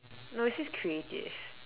no it says creative